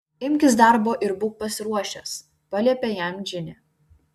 imkis darbo ir būk pasiruošęs paliepė jam džinė